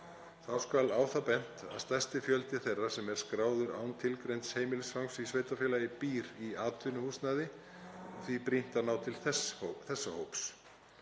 Þá skal á það bent að stærsti fjöldi þeirra sem er skráður án tilgreinds heimilisfangs í sveitarfélagi býr í atvinnuhúsnæði og því brýnt að ná til þessa hóps.